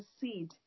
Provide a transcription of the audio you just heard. seed